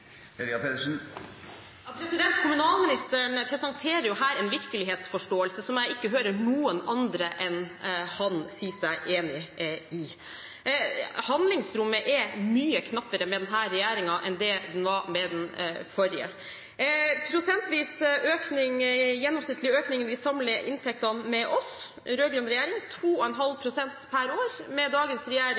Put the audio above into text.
Kommunalministeren presenterer her en virkelighetsforståelse som jeg ikke hører noen andre enn han si seg enig i. Handlingsrommet er mye knappere med denne regjeringen enn det var med den forrige. Prosentvis gjennomsnittlig økning i samlede inntekter med oss, den rød-grønne regjeringen, var på 2,5 pst. pr. år – med dagens regjering